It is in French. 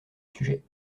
sujet